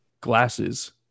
glasses